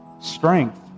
strength